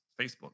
Facebook